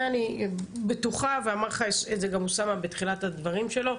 זה אני בטוחה ואמר לך את זה גם אוסאמה בתחילת הדברים שלו,